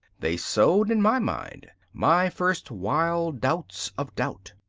they sowed in my mind my first wild doubts of doubt.